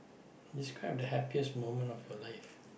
describe the happiest moment of your life